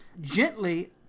Gently